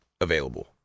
available